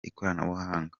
ikoranabuhanga